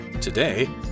Today